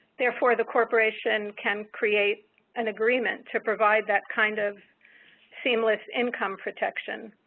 therefore, the corporation can create an agreement to provide that kind of seamless income protection.